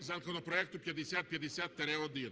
законопроекту 5050-1.